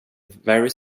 very